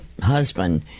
husband